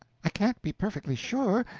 i can't be perfectly sure,